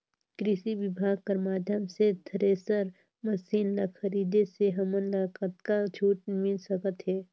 कृषि विभाग कर माध्यम से थरेसर मशीन ला खरीदे से हमन ला कतका छूट मिल सकत हे?